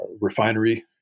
refinery